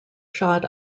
shot